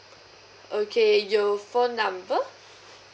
okay your phone number